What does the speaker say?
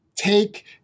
take